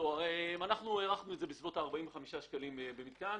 אנחנו הערכנו את זה בסביבות ה-45 שקלים במתקן.